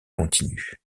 continues